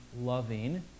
loving